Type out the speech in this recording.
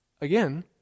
Again